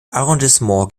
arrondissement